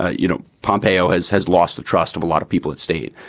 ah you know, pompeo has has lost the trust of a lot of people at state.